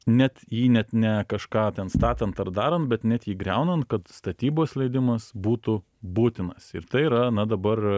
net jį net ne kažką ten statant ar darant bet net jį griaunant kad statybos leidimas būtų būtinas ir tai yra na dabar